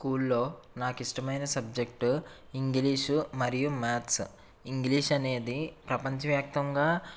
స్కూల్లో నాకు ఇష్టమైన సబ్జెక్టు ఇంగ్లీషు మరియు మ్యాథ్స్ ఇంగ్లీష్ అనేది ప్రపంచ వ్యాప్తంగా